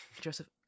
Joseph